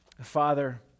Father